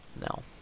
no